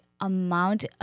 amount